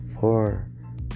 four